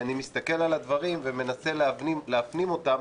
כשאני מסתכל על הדברים ומנסה להפנים אותם,